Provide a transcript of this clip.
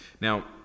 Now